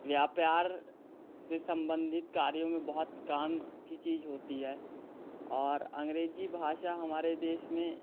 व्यापार से सम्बंधित कार्यों में बहुत काम की चीज होती है और अंग्रेजी भाषा हमारे देश में